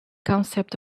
concept